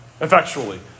effectually